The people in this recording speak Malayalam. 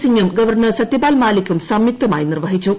സിംഗും ഗവർണർ സത്യപാൽ മാലിക്കും സംയുക്തമായി നിർവ്വഹിച്ചു